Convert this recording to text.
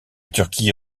turquie